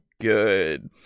good